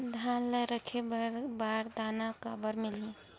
धान ल रखे बर बारदाना काबर मिलही?